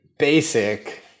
Basic